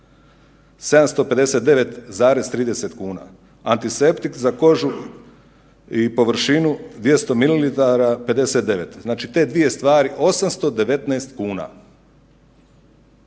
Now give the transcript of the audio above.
759,30 kuna, antiseptik za kožu i površinu 200ml 59, znači te dvije stvari 819 kuna,